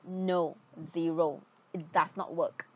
no zero it does not work